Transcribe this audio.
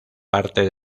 parte